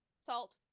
salt